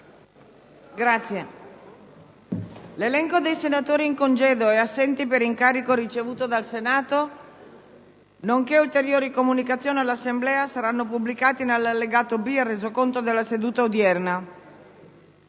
L'elenco dei senatori in congedo e assenti per incarico ricevuto dal Senato nonché ulteriori comunicazioni all'Assemblea saranno pubblicati nell'allegato B al Resoconto della seduta odierna.